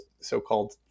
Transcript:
so-called